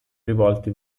rivolti